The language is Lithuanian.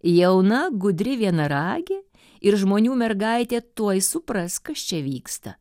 jauna gudri vienaragė ir žmonių mergaitė tuoj supras kas čia vyksta